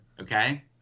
okay